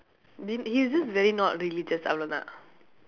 didn't he he's just very not religious